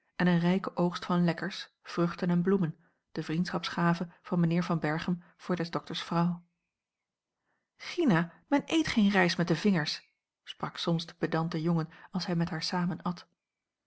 en een rijken oogst van lekkers vruchten en bloemen de vriendschapsgave van mijnheer van berchem voor des dokters vrouw gina men eet geen rijst met de vingers sprak soms de pedante jongen als hij met haar samen at